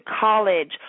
college